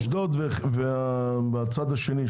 אשדוד והצד השני,